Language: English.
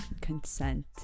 consent